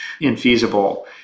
infeasible